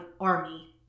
army